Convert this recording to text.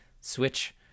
Switch